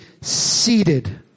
seated